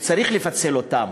וצריך לפצל אותם,